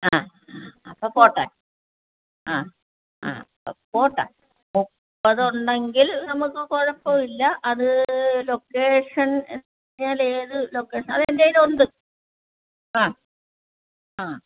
ആ അപ്പോൾ പോട്ടെ ആ ആ അപ്പം പോട്ടെ മുപ്പത് ഉണ്ടെങ്കിൽ നമുക്ക് കുഴപ്പം ഇല്ല അത് ലൊക്കേഷൻ അത് ഏത് ലൊക്കേഷൻ അത് എൻ്റെ കയ്യിൽ ഉണ്ട് ആ ആ